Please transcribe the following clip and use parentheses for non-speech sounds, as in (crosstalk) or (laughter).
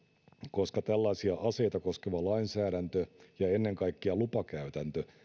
koska tällaisia aseita koskeva lainsäädäntö (unintelligible) (unintelligible) ja ennen kaikkea lupakäytäntö